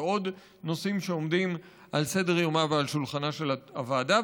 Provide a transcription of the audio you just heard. ועוד נושאים שעומדים על סדר-יומה ועל שולחנה של הוועדה.